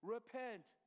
Repent